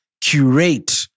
Curate